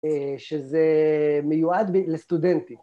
אה…‫שזה מיועד לסטודנטים.